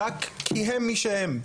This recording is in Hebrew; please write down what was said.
רק כי הם מי שהם.